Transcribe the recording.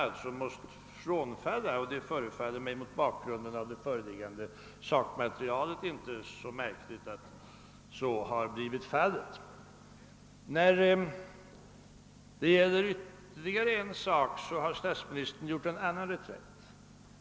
Det fattas bara annat. Den gränsdragning som statsministern gjort har han alltså måst falla ifrån. Mot bakgrunden av det föreliggande sakmaterialet förefaller det inte så märkligt att så blivit fallet. Beträffande ytterligare en sak har statsministern gjort en annan reträtt.